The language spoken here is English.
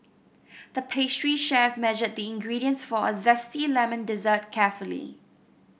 the pastry chef measured the ingredients for a zesty lemon dessert carefully